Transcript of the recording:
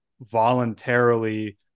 voluntarily